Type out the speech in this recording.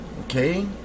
Okay